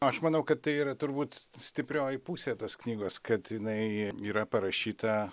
aš manau kad tai yra turbūt stiprioji pusė tos knygos kad jinai yra parašyta